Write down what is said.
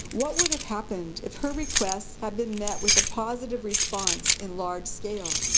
what would have happened if her requests had been met with a positive response in large scale?